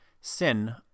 Sin